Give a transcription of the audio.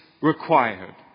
required